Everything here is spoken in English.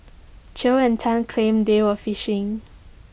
chew and Tan claimed they were fishing